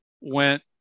went